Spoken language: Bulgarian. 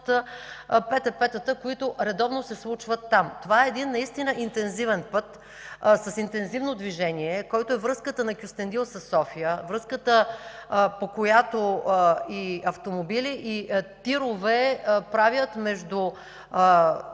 ПТП-тата, които редовно се случват там. Това е интензивен път с интензивно движение, който е връзката на Кюстендил със София, връзката, която автомобили и тирове правят между